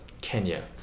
Kenya